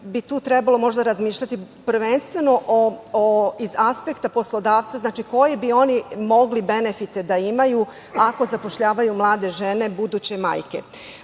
možda trebalo razmišljati prvenstveno iz aspekta poslodavca koje bi mogli benefite da imaju ako zapošljavaju mlade žene, buduće majke. Drugo,